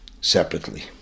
separately